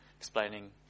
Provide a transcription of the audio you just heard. explaining